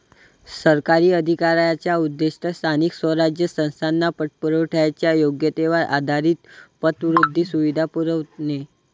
सरकारी अधिकाऱ्यांचा उद्देश स्थानिक स्वराज्य संस्थांना पतपुरवठ्याच्या योग्यतेवर आधारित पतवृद्धी सुविधा पुरवणे